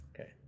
Okay